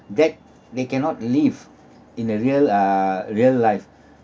that they cannot live in a real uh real life